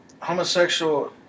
Homosexual